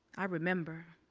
i remember.